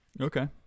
Okay